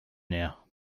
now